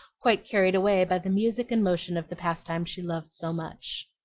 quite carried away by the music and motion of the pastime she loved so much.